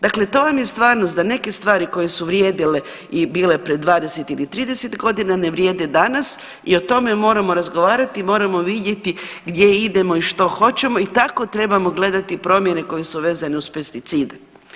Dakle, to vam je stvarnost da neke stvari koje su vrijedile i bile pred 20 ili 30 godina ne vrijede danas i o tome moramo razgovarati i moramo vidjeti gdje idemo i što hoćemo i tako trebamo gledati promjene koje su vezane uz pesticide.